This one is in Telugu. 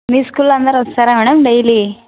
మీ స్కూల్లో అందరూ వస్తారా మేడం డైలీ